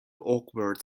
awkward